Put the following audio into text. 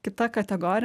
kita kategori